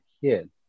kid